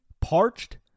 Parched